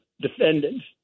defendants